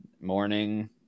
morning